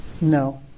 No